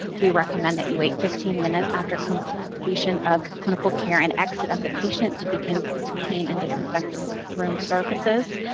we recommend that you wait fifteen minutes after completion of clinical care and exit of the patient to begin to clean and disinfect the room surfaces.